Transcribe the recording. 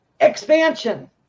Expansion